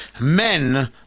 Men